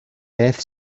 beth